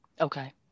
Okay